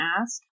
ask